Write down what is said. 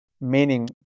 meaning